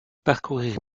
parcourir